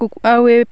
আৰু এই